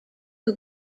who